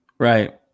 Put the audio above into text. Right